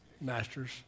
Master's